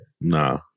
Nah